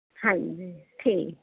ਹਾਂਜੀ ਜੀ